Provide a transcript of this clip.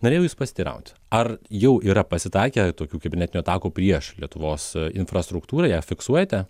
norėjau jūsų pasiteiraut ar jau yra pasitaikę tokių kibernetinių atakų prieš lietuvos infrastruktūroje fiksuojate